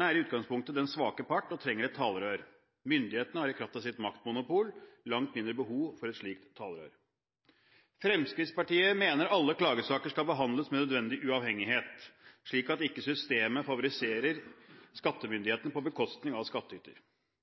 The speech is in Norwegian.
er i utgangspunktet den svake part og trenger et talerør. Myndighetene har i kraft av sitt maktmonopol langt mindre behov for et slikt talerør. Fremskrittspartiet mener alle klagesaker skal behandles med nødvendig uavhengighet, slik at ikke systemet favoriserer skattemyndighetene på bekostning av skattyter.